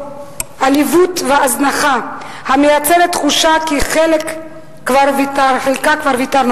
עליבות והזנחה המייצרת תחושה שעל חלקה כבר ויתרנו.